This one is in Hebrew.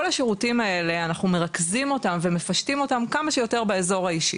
התהליכים האלה אנחנו לוקחים ומפשטים אותם גם אזור האישי.